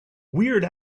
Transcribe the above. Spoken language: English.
weird